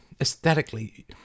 Aesthetically